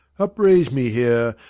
upraise me here,